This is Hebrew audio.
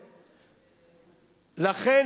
לכן,